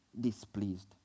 displeased